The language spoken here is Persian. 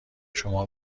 شما